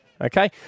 okay